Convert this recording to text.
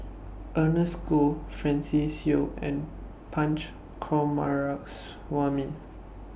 Ernest Goh Francis Seow and Punch Coomaraswamy